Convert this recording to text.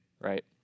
right